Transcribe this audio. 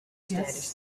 status